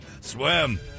Swim